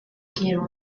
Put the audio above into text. quiero